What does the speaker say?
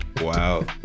Wow